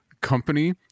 company